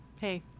Hey